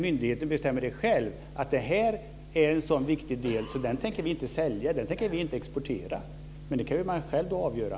Myndigheten bestämmer själv: Det här är en så viktig del att vi inte tänker sälja den, inte tänker exportera den. Det kan man själv då avgöra.